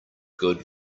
good